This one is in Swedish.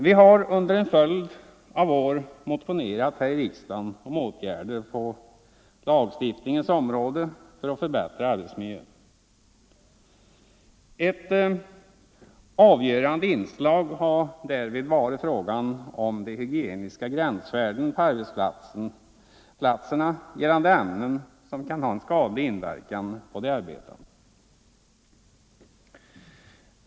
Vi har under en följd av år här i riksdagen motionerat om åtgärder på lagstiftningens område för att förbättra arbetsmiljön. Ett avgörande inslag har därvid varit frågan om hygieniska gränsvärden på arbetsplatserna för ämnen som kan ha en skadlig verkan på de arbetande.